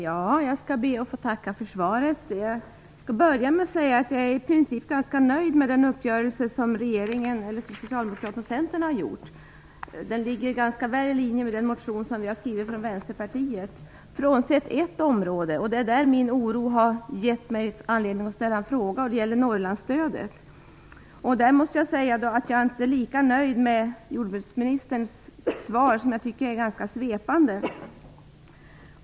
Fru talman! Jag ber att få tacka för svaret. Jag vill börja med att säga att jag i princip är ganska nöjd med den uppgörelse som Socialdemokraterna och Centern har gjort. Den ligger ganska väl i linje med den motion som Vänsterpartiet har skrivit - förutom på ett område. Min oro på det området har gett mig anledning att ställa en fråga. Det gäller Norrlandsstödet. Jag måste säga att jag inte är lika nöjd med jordbruksministerns svar i den delen. Jag tycker att det är ganska svepande.